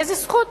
באיזה זכות